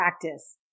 practice